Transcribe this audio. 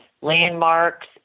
landmarks